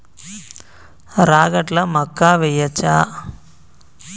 రాగట్ల మక్కా వెయ్యచ్చా?